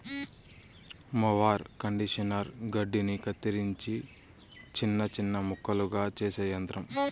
mower conditioner గడ్డిని కత్తిరించి చిన్న చిన్న ముక్కలుగా చేసే యంత్రం